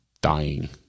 dying